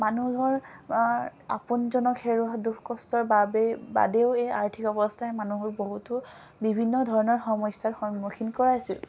মানুহৰ আপোনজনক হেৰুৱা দুখ কষ্টৰ বাবেই বাদেও এই আৰ্থিক অৱস্থাই মানুহৰ বহুতো বিভিন্ন ধৰণৰ সমস্যাৰ সন্মুখীন কৰাইছিল